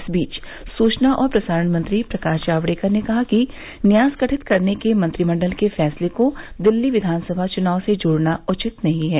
इस बीच सूचना और प्रसारण मंत्री प्रकाश जावड़ेकर ने कहा है कि न्यास गठित करने के मंत्रिमंडल के फैसले को दिल्ली विधानसभा चुनाव से जोड़ना उचित नहीं है